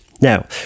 Now